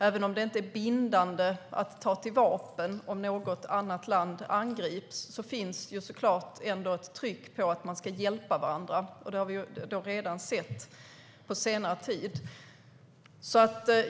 Även om det inte är bindande att ta till vapen om något annat land angrips finns det såklart ett tryck på att man ska hjälpa varandra. Det har vi redan sett exempel på under senare tid.